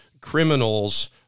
criminals